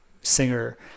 singer